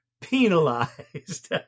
penalized